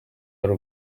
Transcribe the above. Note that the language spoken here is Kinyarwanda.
y’u